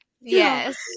Yes